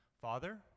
Father